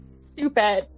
stupid